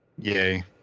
Yay